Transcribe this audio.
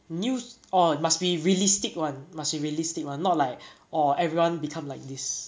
ne~ or must be realistic [one] must be realistic [one] not like orh everyone become like this